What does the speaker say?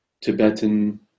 Tibetan